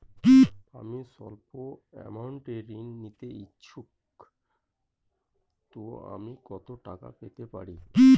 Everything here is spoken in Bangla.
আমি সল্প আমৌন্ট ঋণ নিতে ইচ্ছুক তো আমি কত টাকা পেতে পারি?